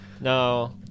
No